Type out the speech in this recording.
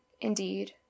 indeed